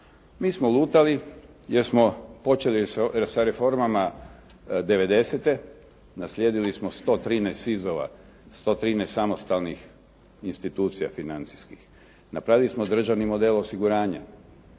Mi smo lutali jer smo počeli sa reformama devedesete, naslijedili smo 113 izazova, 113 samostalnih institucija financijskih, napravili smo državni model osiguranja,